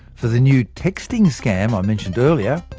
for the new texting scam i mentioned earlier,